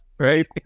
Right